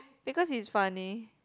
because he's funny